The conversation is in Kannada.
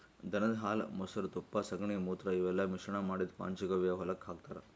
ದನದ್ ಹಾಲ್ ಮೊಸ್ರಾ ತುಪ್ಪ ಸಗಣಿ ಮೂತ್ರ ಇವೆಲ್ಲಾ ಮಿಶ್ರಣ್ ಮಾಡಿದ್ದ್ ಪಂಚಗವ್ಯ ಹೊಲಕ್ಕ್ ಹಾಕ್ತಾರ್